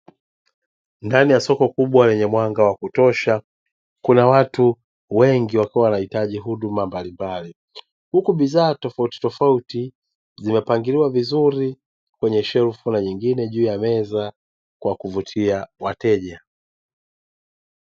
Ndani ya soko kubwa lenye mwanga wa kutosha, kuna watu wengi wakiwa wanahitaji huduma mbalimbali, huku bidhaa tofautitofauti zimepangiliwa vizuri kwenye shelfu na nyingine juu ya meza kwa kuvutia wateja.